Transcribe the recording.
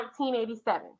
1987